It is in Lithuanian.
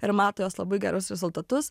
ir mato jos labai gerus rezultatus